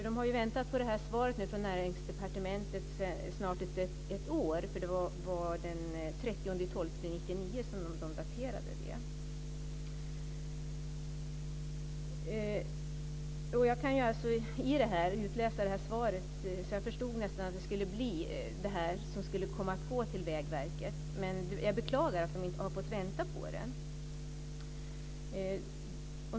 De har ju väntat på svaret från Näringsdepartementet i snart ett år - skrivelsen är daterad den 30 december Jag förstod nästan att det skulle bli det här svaret som kommer att gå till Vägverket. Jag beklagar att de har fått vänta på det.